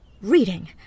Reading